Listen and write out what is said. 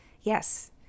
Yes